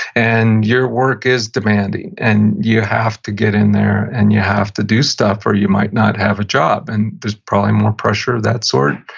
and your work is demanding, and you have to get in there, and you have to do stuff or you might not have a job. and there's probably more pressure of that sort,